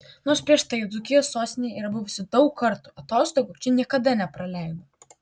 nors prieš tai dzūkijos sostinėje yra buvusi daug kartų atostogų čia niekada nepraleido